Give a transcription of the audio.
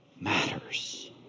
matters